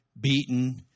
beaten